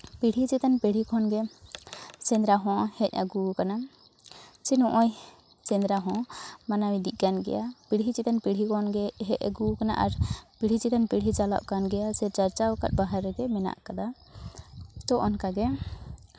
ᱯᱤᱲᱦᱤ ᱪᱮᱛᱟᱱ ᱯᱤᱲᱦᱤ ᱠᱷᱚᱱᱜᱮ ᱥᱮᱸᱫᱽᱨᱟ ᱦᱚᱸ ᱦᱮᱡ ᱟᱹᱜᱩ ᱠᱟᱱᱟ ᱡᱮ ᱱᱚᱜᱼᱚᱸᱭ ᱥᱮᱸᱫᱽᱨᱟ ᱦᱚᱸ ᱢᱟᱱᱟᱣ ᱤᱫᱤᱜ ᱠᱟᱱ ᱜᱮᱭᱟ ᱯᱤᱲᱦᱤ ᱪᱮᱛᱟᱱ ᱯᱤᱦᱤ ᱠᱷᱚᱱᱜᱮ ᱦᱮᱡ ᱟᱹᱜᱩ ᱠᱟᱱᱟ ᱟᱨ ᱯᱤᱲᱦᱤ ᱪᱮᱛᱟᱱ ᱯᱤᱲᱦᱤ ᱪᱟᱞᱟᱜ ᱠᱟᱱ ᱜᱮᱭᱟ ᱥᱮ ᱪᱟᱨᱪᱟᱣ ᱟᱠᱟᱫ ᱰᱟᱦᱟᱨ ᱨᱮᱜᱮ ᱢᱮᱱᱟᱜ ᱠᱟᱫᱟ ᱛᱚ ᱚᱱᱠᱟᱜᱮ